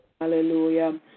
Hallelujah